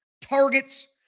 targets